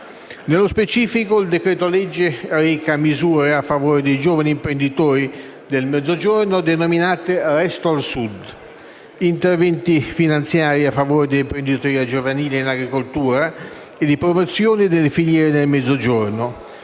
Nello specifico, il decreto-legge reca misure a favore dei giovani imprenditori del Mezzogiorno, denominate «Resto al Sud»; interventi finanziari a favore dell'imprenditoria giovanile in agricoltura e di promozione delle filiere nel Mezzogiorno;